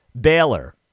Baylor